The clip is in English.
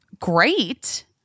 great